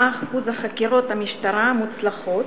מה אחוז חקירות המשטרה המוצלחות,